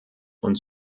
und